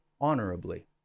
honorably